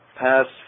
past